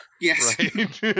Yes